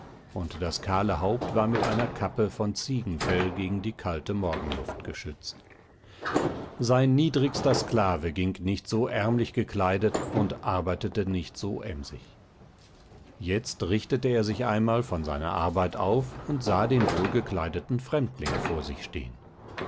und das kahle haupt war mit einer kappe von ziegenfell gegen die kalte morgenluft geschützt sein niedrigster sklave ging nicht so ärmlich gekleidet und arbeitete nicht so emsig jetzt richtete er sich einmal von seiner arbeit auf und sah den wohlgekleideten fremdling vor sich stehen